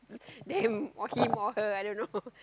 them or him or her I don't know